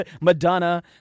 Madonna